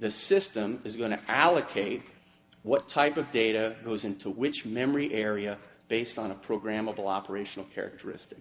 the system is going to allocate what type of data goes into which memory area based on a programmable operational characteristic